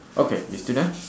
okay you still there